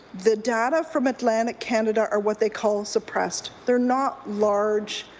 the data from atlantic canada are what they call suppressed. they're not large